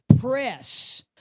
press